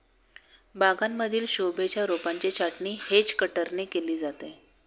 बागांमधील शोभेच्या रोपांची छाटणी हेज कटरने केली जाते